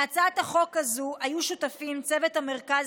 להצעת החוק הזו היו שותפים מצוות המרכז